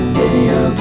video